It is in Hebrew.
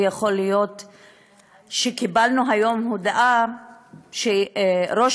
ויכול להיות שקיבלנו היום הודעה שראש